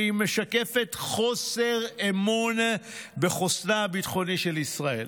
והיא "משקפת חוסר אמון בחוסנה הביטחוני של ישראל".